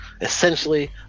essentially